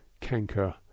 canker